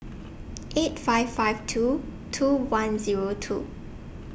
eight five five two two one Zero two